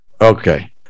Okay